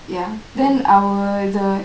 ya then our the